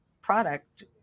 product